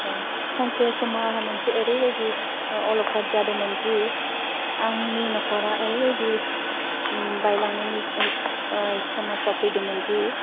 सानसे समाव आंहा मोनसे ओरैबायदि अल'खद जादोंमोनदि आंनि नखरा ओरैबायदि बायलांनायनि समाजाव फैदोंमोनदि